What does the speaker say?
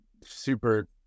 super